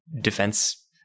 defense